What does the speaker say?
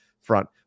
front